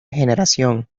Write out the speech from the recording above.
generación